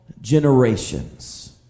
generations